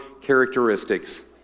characteristics